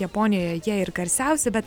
japonijoje jie ir garsiausi bet